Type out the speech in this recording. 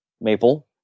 maple